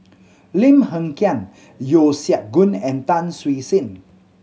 Lim Hng Kiang Yeo Siak Goon and Tan Siew Sin